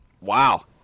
Wow